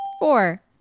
Four